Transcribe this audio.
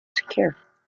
secure